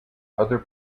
other